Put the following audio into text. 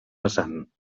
vessant